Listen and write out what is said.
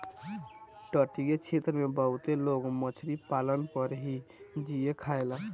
तटीय क्षेत्र में बहुते लोग मछरी पालन पर ही जिए खायेला